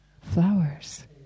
flowers